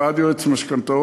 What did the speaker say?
ועד יועץ משכנתאות,